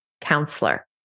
counselor